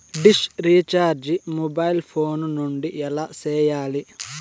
dish recharge mobile phone నుండి ఎలా సేయాలి